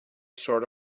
sort